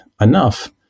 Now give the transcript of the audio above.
enough